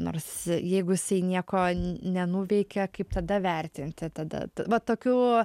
nors jeigu jisai nieko nenuveikė kaip tada vertinti tada va tokių